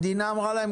המדינה אמרה להם,